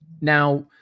Now